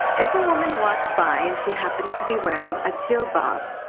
if a woman walked by, and she happened to be wearing a jilbab,